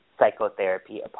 psychotherapy